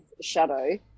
shadow